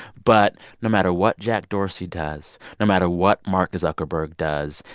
but no matter what jack dorsey does, no matter what mark zuckerberg does,